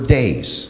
days